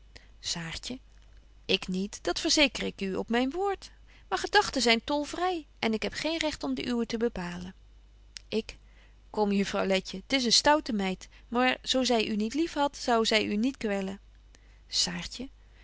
saartje ik niet dat verzeker ik u op myn woord maar gedagten zyn tolvry en ik heb geen recht om de uwen te bepalen betje wolff en aagje deken historie van mejuffrouw sara burgerhart ik kom juffrouw letje t is een stoute meid maar zo zy u niet lief hadt zou zy u niet kwellen